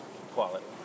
quality